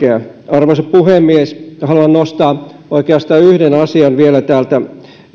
arvoisa puhemies haluan nostaa oikeastaan yhden asian vielä täältä